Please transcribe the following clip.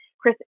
Chris